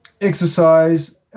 Exercise